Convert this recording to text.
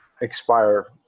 expire